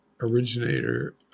Originator